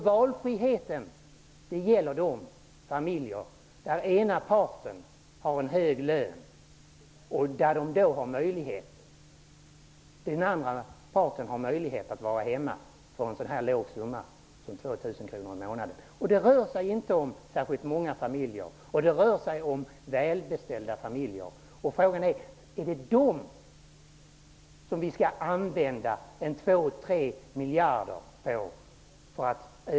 Valfriheten gäller de familjer där ena parten har en hög lön och den andra parten har möjlighet att vara hemma för en så låg summa som 2 000 kronor i månaden. Det rör sig inte om särskilt många familjer. Det rör sig om välbeställda familjer. Är det dem som vi skall använda två tre miljarder på?